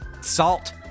Salt